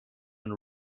into